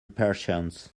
perchance